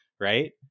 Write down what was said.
right